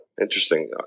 interesting